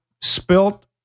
spilt